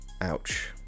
Ouch